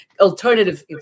alternative